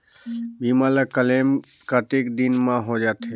बीमा ला क्लेम कतेक दिन मां हों जाथे?